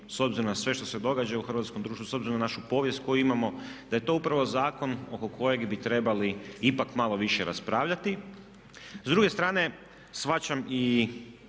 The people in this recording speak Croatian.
s obzirom na sve što se događa u hrvatskom društvu, s obzirom na našu povijest koju imamo, da je to upravo zakon oko kojeg bi trebali ipak malo više raspravljati. S druge strane shvaćam i